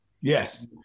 Yes